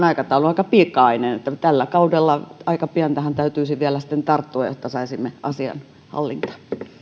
aikataulu on aika pikainen ja tällä kaudella aika pian tähän täytyisi vielä sitten tarttua jotta saisimme asian hallintaan